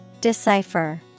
Decipher